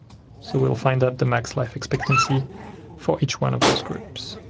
so we'll find out the max life expectancy for each one of those groups.